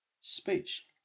speech